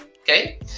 okay